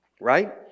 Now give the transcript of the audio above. right